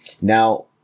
Now